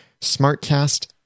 SmartCast